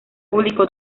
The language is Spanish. público